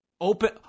open